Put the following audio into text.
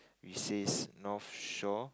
he says not sure